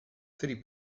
three